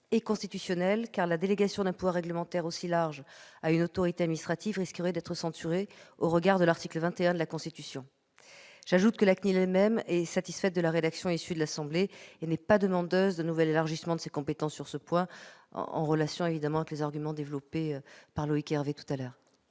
constitutionnel, car la délégation d'un pouvoir réglementaire aussi large à une autorité administrative risquerait d'être censurée au regard de l'article 21 de la Constitution. J'ajoute que la CNIL elle-même est satisfaite de la rédaction issue de l'Assemblée nationale et n'est pas demandeuse d'un nouvel élargissement de ses compétences sur ce point, ce qui est à mettre en rapport avec les arguments développés par Loïc Hervé tout à l'heure.